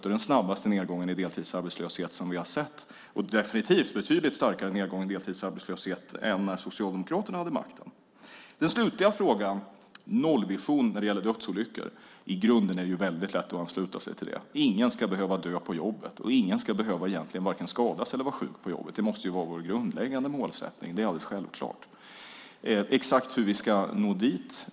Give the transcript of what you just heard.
Det är den snabbaste nedgång i deltidsarbetslöshet som vi har sett, och definitivt en betydligt starkare nedgång i deltidsarbetslöshet än när Socialdemokraterna hade makten. Den slutliga frågan var nollvisionen när det gäller dödsolyckor. I grunden är det väldigt lätt att ansluta sig till det. Ingen ska behöva dö på jobbet, och ingen ska behöva vare sig skadas eller bli sjuk på jobbet. Det måste vara vår grundläggande målsättning. Det är alldeles självklart. Exakt hur ska vi nå dit?